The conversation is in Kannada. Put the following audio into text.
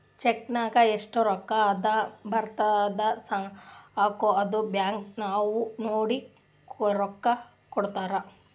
ಚೆಕ್ ನಾಗ್ ಎಸ್ಟ್ ರೊಕ್ಕಾ ಅಂತ್ ಬರ್ದುರ್ ಸಾಕ ಅದು ಬ್ಯಾಂಕ್ ನವ್ರು ನೋಡಿ ರೊಕ್ಕಾ ಕೊಡ್ತಾರ್